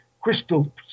crystal